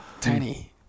Tiny